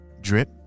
drip